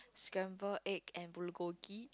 scrambled egg and bulgogi